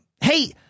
Hey